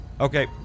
okay